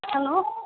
hello